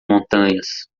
montanhas